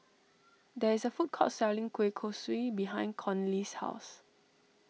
there is a food court selling Kueh Kosui behind Conley's house